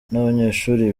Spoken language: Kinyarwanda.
n’abanyeshuri